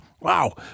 Wow